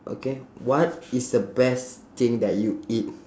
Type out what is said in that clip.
okay what is the best thing that you eat